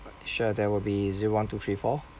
sure that will be zero one two three four